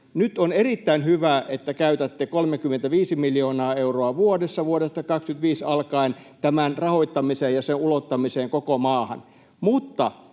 Nyt on erittäin hyvä, että käytätte 35 miljoonaa euroa vuodessa vuodesta 25 alkaen tämän rahoittamiseen ja sen ulottamiseen koko maahan.